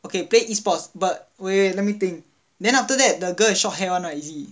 okay play e-sports but wait let me think then after that the girl with short hair [one] is it